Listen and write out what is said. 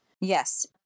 Yes